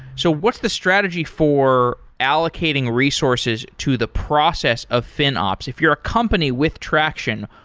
so what's the strategy for allocating resources to the process of finops? if you're a company with traction,